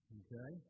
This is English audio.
okay